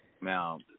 now